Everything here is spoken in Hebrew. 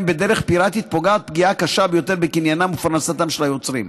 בדרך פיראטית פוגעת פגיעה קשה ביותר בקניינם ובפרנסתם של היוצרים.